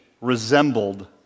resembled